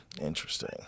Interesting